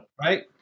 right